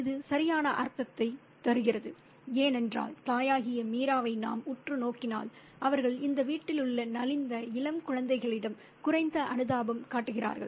இது சரியான அர்த்தத்தைத் தருகிறது ஏனென்றால் தாயாகிய மீராவை நாம் உற்று நோக்கினால் அவர்கள் இந்த வீட்டிலுள்ள நலிந்த இளம் குழந்தைகளிடம் குறைந்த அனுதாபம் காட்டுகிறார்கள்